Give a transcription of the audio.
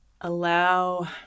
allow